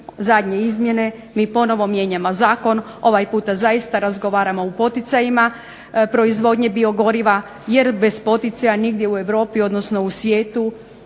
zadnje izmjene, mi ponovno mijenjamo zakon. Ovaj puta zaista razgovaramo o poticajima proizvodnje biogoriva, jer bez poticaja nigdje u Europi odnosno u svijetu